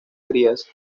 crías